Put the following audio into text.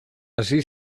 así